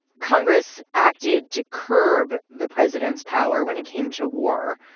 congress acted to curb the president's power when it came to war.